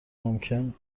ممکن